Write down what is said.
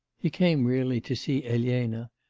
he came really to see elena,